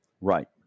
Right